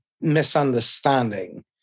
misunderstanding